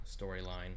storyline